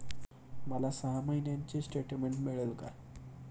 मला सहा महिन्यांचे स्टेटमेंट मिळेल का?